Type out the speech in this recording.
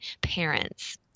parents